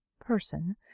person